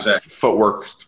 footwork